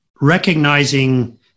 recognizing